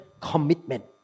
commitment